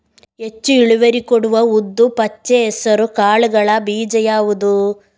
ಹೆಚ್ಚು ಇಳುವರಿ ಕೊಡುವ ಉದ್ದು, ಪಚ್ಚೆ ಹೆಸರು ಕಾಳುಗಳ ಬೀಜ ಯಾವುದು?